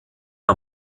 der